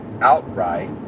outright